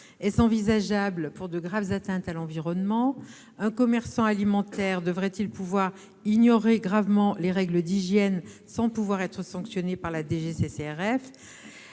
Est-ce envisageable pour de graves atteintes à l'environnement ? Un commerçant alimentaire devrait-il pouvoir ignorer gravement les règles d'hygiène, sans pouvoir être sanctionné par la DGCCRF ?